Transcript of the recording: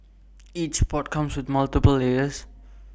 each pot comes with multiple layers